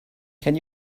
can